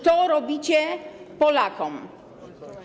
To robicie Polakom.